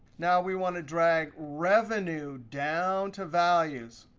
now, we want to drag revenue down to values.